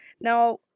Now